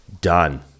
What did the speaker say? Done